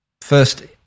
first